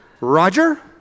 Roger